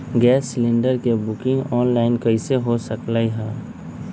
Gas cylinder के booking online कईसे हो सकलई ह?